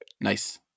Nice